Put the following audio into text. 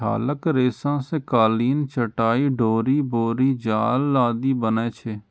छालक रेशा सं कालीन, चटाइ, डोरि, बोरी जाल आदि बनै छै